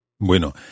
Bueno